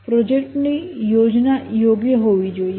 પ્રોજેક્ટની યોજના યોગ્ય હોવી જોઈએ